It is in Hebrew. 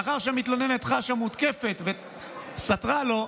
לאחר שהמתלוננת חשה מותקפת וסטרה לו,